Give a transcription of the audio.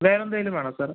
വേറെ എന്തെങ്കിലും വേണൊ സാറെ